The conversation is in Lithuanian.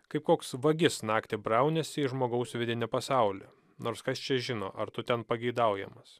kaip koks vagis naktį brauniesi į žmogaus vidinį pasaulį nors kas čia žino ar tu ten pageidaujamas